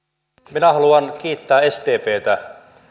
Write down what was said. minä haluan kiittää sdptä